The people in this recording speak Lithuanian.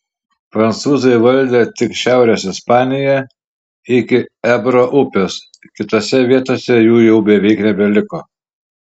prancūzai valdė tik šiaurės ispaniją iki ebro upės kitose vietose jų jau beveik nebeliko